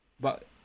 but